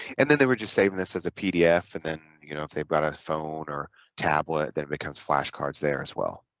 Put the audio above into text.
and then they were just saving this as a pdf and then you know if they've got a phone or tablet then it becomes flashcards there as well